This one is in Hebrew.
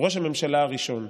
ראש הממשלה הראשון,